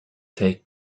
take